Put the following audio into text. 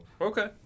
Okay